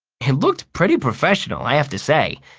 it looked pretty professional, i have to say.